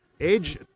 Age